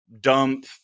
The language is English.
dump